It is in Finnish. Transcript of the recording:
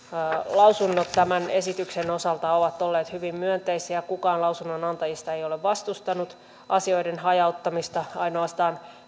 lausunnot tämän esityksen osalta ovat olleet hyvin myönteisiä kukaan lausunnonantajista ei ole vastustanut asioiden hajauttamista ainoastaan